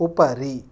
उपरि